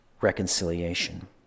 reconciliation